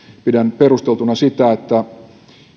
pidän perusteltuna sitä että